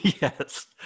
Yes